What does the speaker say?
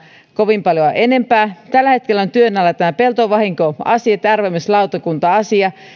kovin paljoa enempää tällä hetkellä on työn alla peltovahinkoasia ja arvioimislautakunta asia